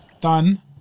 done